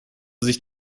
sich